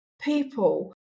people